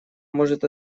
может